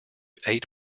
eight